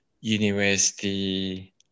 university